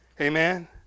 Amen